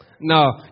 No